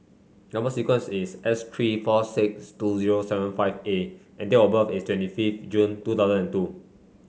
number sequence is S three four six two zero seven five A and date of birth is twenty fifth June two thousand and two